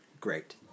great